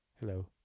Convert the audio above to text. Hello